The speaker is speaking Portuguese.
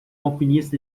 alpinista